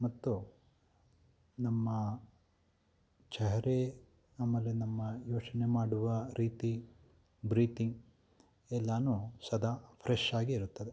ಮತ್ತು ನಮ್ಮ ಚಹರೆ ಆಮೇಲೆ ನಮ್ಮ ಯೋಚನೆ ಮಾಡುವ ರೀತಿ ಬ್ರೀಥಿಂಗ್ ಎಲ್ಲಾನೂ ಸದಾ ಫ್ರೆಶ್ ಆಗಿ ಇರುತ್ತದೆ